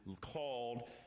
called